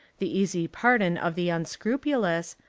the easy pardon of the un scrupulous,